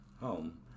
home